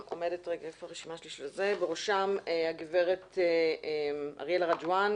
בראשם הגברת אריאלה רג'ואן,